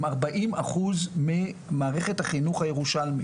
הם ארבעים אחוז ממערכת החינוך הירושלמית.